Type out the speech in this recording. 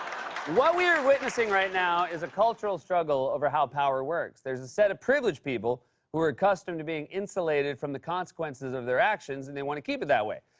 what we are witnessing right now is a cultural struggle over how power works. there's a set of privileged people who are accustomed to being insulated from the consequences of their actions and they want to keep it that way.